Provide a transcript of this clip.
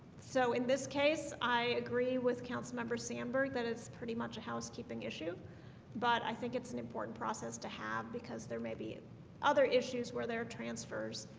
so in this case, i agree with councilmember sandberg that is pretty much a housekeeping issue but i think it's an important process to have because there may be other issues where their transfers